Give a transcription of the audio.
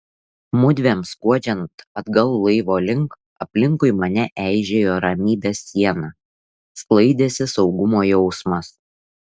mudviem skuodžiant atgal laivo link aplinkui mane eižėjo ramybės siena sklaidėsi saugumo jausmas